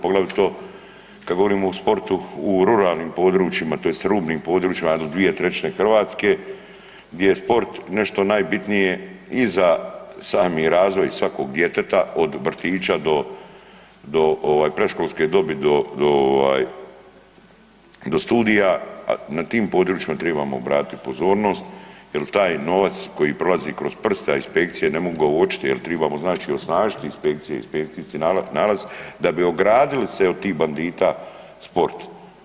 Poglavito kad govorimo o sportu u ruralnim područjima tj. rubnim područjima do 2/3 Hrvatske gdje je sport nešto najbitnije i za sami razvoj svakog djeteta od vrtića do, do ovaj predškolske dobi, do ovaj, do studija, na tim područjima tribamo obratiti pozornost jer taj koji prolazi kroz prste, a inspekcije ne mogu ga uočiti jer tribamo znači osnažiti inspekcije, inspekcijski nalaz da bi ogradili se od tih bandita u sportu.